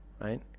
right